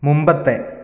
മുമ്പത്തെ